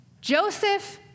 Joseph